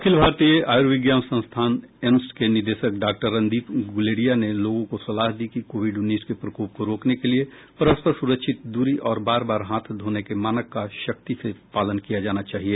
अखिल भारतीय आयूर्विज्ञान संस्थान एम्स के निदेशक डॉ रणदीप गुलेरिया ने लोगों को सलाह दी कि कोविड उन्नीस के प्रकोप को रोकने के लिए परस्पर सुरक्षित दूरी और बार बार हाथ धोने के मानक का सख्ती से पालन किया जाना चाहिए